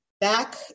back